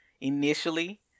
initially